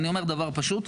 אני אומר דבר פשוט,